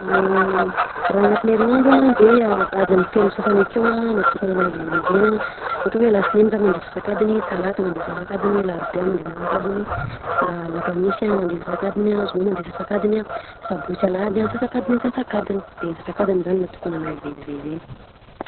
Ah raha agnaty herignandro a de adiny telo sasany akeo a natokananahy ivezivezena ohatra hoe latsinainy zah mandeha asasakadiny, talata mandeha asasakadiny, larobia mandeha asasakadiny, a lakamisy a mandeha asasakadiny ,a zoma mandeh asasakadiny a sabosy lahady asasakadiny antsasakadiny de asasakadiny zany antokananahy hivezivezena.